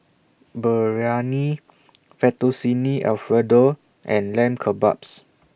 Biryani Fettuccine Alfredo and Lamb Kebabs